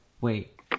wait